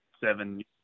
seven